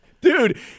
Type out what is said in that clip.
Dude